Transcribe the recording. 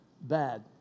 bad